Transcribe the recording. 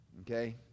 Okay